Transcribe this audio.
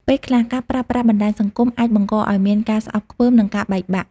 ពេលខ្លះ ការប្រើប្រាស់បណ្ដាញសង្គមអាចបង្កឱ្យមានការស្អប់ខ្ពើមនិងការបែកបាក់។